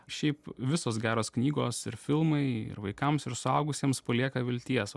šiaip visos geros knygos ir filmai ir vaikams ir suaugusiems palieka vilties